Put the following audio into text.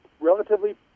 relatively